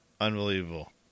Unbelievable